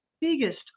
biggest